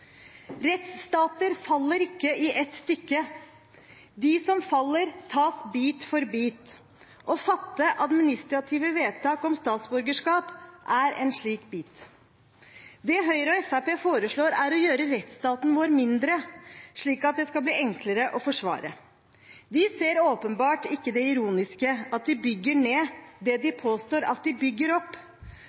Rettsstater faller ikke i ett stykke. De som faller, tas bit for bit. Å fatte administrative vedtak om statsborgerskap er en slik bit. Det Høyre og Fremskrittspartiet foreslår, er å gjøre rettsstaten vår mindre, slik at det skal bli enklere å forsvare. De ser åpenbart ikke det ironiske i at de bygger ned det de påstår at de bygger opp.